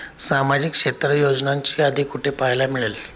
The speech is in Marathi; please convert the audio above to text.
सामाजिक क्षेत्र योजनांची यादी कुठे पाहायला मिळेल?